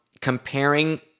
comparing